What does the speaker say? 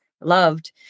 loved